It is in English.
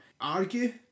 argue